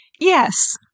yes